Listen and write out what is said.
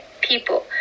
people